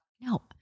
No